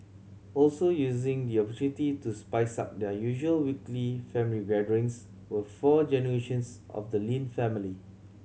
also using the opportunity to spice up their usual weekly family gatherings were four generations of the Lin family